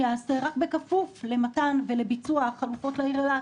ייעשה רק בכפוף למתן ולביצוע החלופות לעיר אילת.